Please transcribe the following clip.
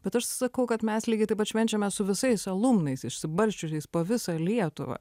bet aš sakau kad mes lygiai taip pat švenčiame su visais alumnais išsibarsčiusiais po visą lietuvą